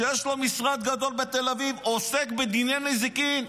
שיש לו משרד גדול בתל אביב שעוסק בדיני נזיקין.